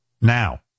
now